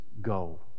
go